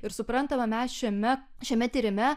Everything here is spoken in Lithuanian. ir suprantama mes šiame šiame tyrime